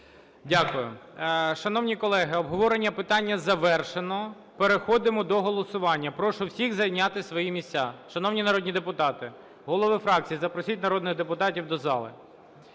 Дякую. Шановні колеги, обговорення питання завершено. Переходимо до голосування. Прошу всіх зайняти свої місця. Шановні народні депутати, голови фракцій, запросіть народних депутатів до зали.